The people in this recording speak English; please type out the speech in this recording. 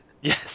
Yes